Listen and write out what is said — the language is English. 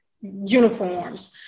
uniforms